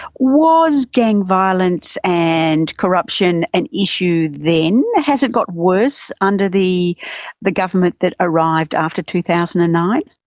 was gang violence and corruption an issue then? has it got worse under the the government that arrived after two thousand and nine?